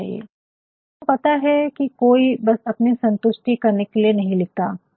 क्योंकि आपको पता है कि कोई बस अपने को संतुष्ट करने के लिए नहीं लिखता है